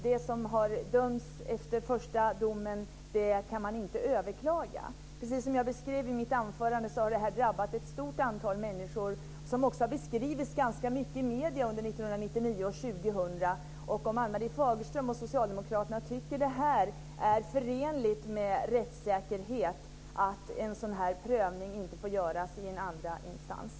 De som har dömts kan efter första domen inte överklaga. Precis som jag beskrev i mitt anförande har det här drabbat ett stort antal människor, vilket också har beskrivits ganska mycket i medierna under 1999 och 2000. Tycker Ann-Marie Fagerström och socialdemokraterna att det är förenligt med rättssäkerhet att en sådan här prövning inte får göras i en andra instans?